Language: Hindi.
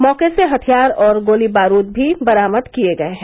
मौके से हथियार और गोली बारूद भी बरामद किये गये हैं